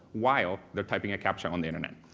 while they are typing a captcha on the internet.